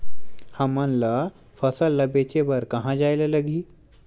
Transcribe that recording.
हमन ला फसल ला बेचे बर कहां जाये ला लगही?